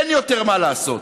אין יותר מה לעשות.